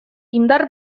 indar